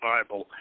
Bible